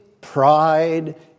pride